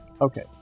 okay